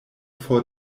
for